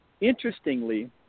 interestingly